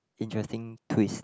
interesting twist